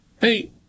Hey